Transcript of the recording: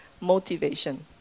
Motivation